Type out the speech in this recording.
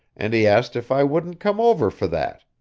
and he asked if i wouldn't come over for that,